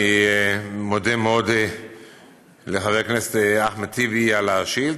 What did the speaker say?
אני מודה מאוד לחבר הכנסת אחמד טיבי על השאילתה,